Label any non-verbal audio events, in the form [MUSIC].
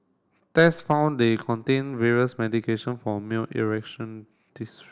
test found they contained various medication for male [UNINTELLIGIBLE]